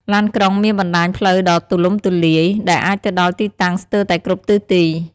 ឡានក្រុងមានបណ្តាញផ្លូវដ៏ទូលំទូលាយ ដែលអាចទៅដល់ទីតាំងស្ទើរតែគ្រប់ទិសទី។